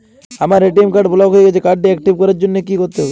আমার ATM card block হয়ে গেছে কার্ড টি একটিভ করার জন্যে কি করতে হবে?